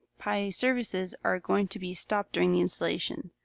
pi services are going to be stopped during the installation.